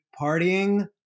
partying